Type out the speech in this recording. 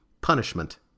punishment